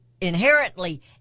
inherently